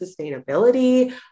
sustainability